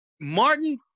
Martin